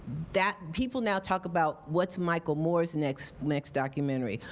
that people now talk about, what's michael moore's next next documentary?